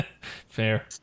Fair